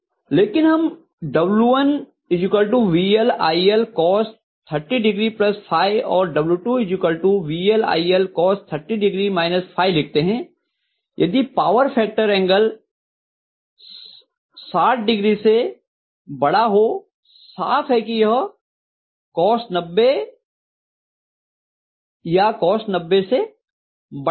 लेकिन हम W1 VLILCOS 30ο और W2 VLIL COS 30ο लिखते हैं यदि पावर फैक्टर एंगल 60o से बड़ा हो साफ है कि यह cos 90 या cos 90 से बड़ा होगा